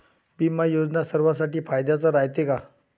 बिमा योजना सर्वाईसाठी फायद्याचं रायते का?